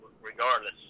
regardless